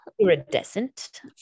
iridescent